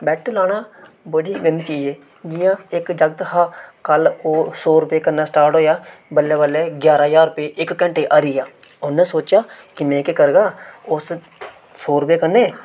bet लाना बड़ी गंदी चीज ऐ जियां इक जागत हा कल्ल ओह् सौ रपेऽ कन्नै स्टार्ट होएया बल्लें बल्लें ग्याराह ज्हार रपेऽ इक घैंटे च हारी गेआ उन्नै सोचेआ कि में केह् करगा उस सौ रपेऽ कन्नै